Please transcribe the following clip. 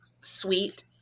sweet